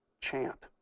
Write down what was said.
chant